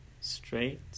straight